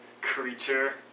creature